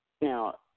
now